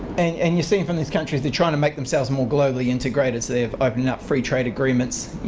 and and you're seeing from these countries they're trying to make themselves more globally integrated, so they've opened up free trade agreements.